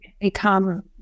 become